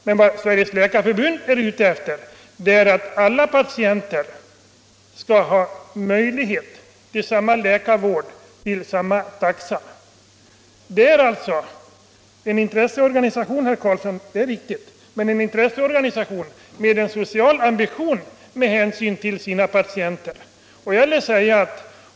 Men vad Sveriges läkarförbund är ute efter är att alla patienter skall ha möjlighet till samma läkarvård till samma taxa. Läkarförbundet är en intresseorganisation — det är riktigt, herr Karlsson — men det är en intresseorganisation med en social ambition med avseende på patienterna.